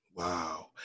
Wow